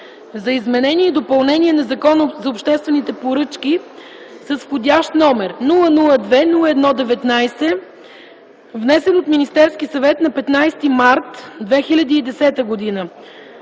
за изменение и допълнение на Закона за обществените поръчки с вх. № 002-01-19, внесен от Министерския съвет на 15 март 2010 г.;